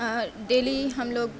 daily ہم لوگ